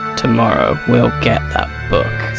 tomorrow we'll get that book.